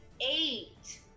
Eight